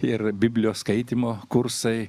ir biblijos skaitymo kursai